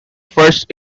first